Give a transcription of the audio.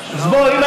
אז בוא, אם